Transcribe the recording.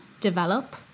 develop